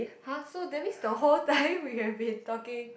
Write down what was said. !huh! so that means the whole time we have been talking